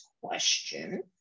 question